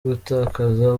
gutakaza